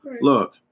look